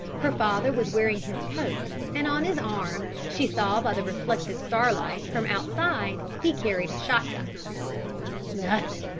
her father was wearing his coat and on his arm she saw by the reflected starlight from outside he carried a shot-gun. nothing,